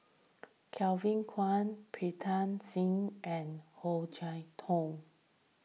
Kevin Kwan Pritam Singh and Oh Chai Hoo